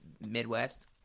Midwest